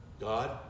God